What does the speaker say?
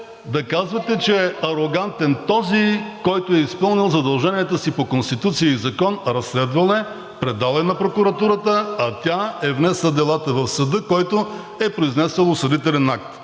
да казвате, че е арогантен този, който е изпълнил задълженията си по Конституция и закон, разследвал е, предал е на прокуратурата, а тя е внесла делата в съда, който е произнесъл осъдителен акт.